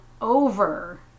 over